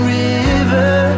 river